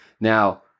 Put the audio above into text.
now